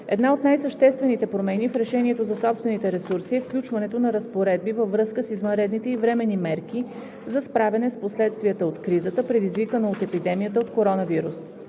една от най-съществените промени в решението за собствените ресурси е включването на разпоредби във връзка с извънредните и временни мерки за справяне с последствията от кризата, предизвикана от епидемията от коронавирус